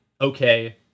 okay